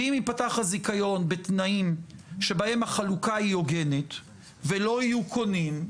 כי אם ייפתח הזיכיון בתנאים שבהם החלוקה היא הוגנת ולא יהיו קונים,